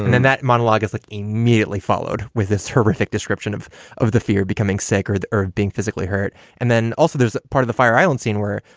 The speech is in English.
and then that monologue is like immediately followed with this horrific description of of the fear becoming sacred or being physically hurt. and then also there's part of the fire island scene where.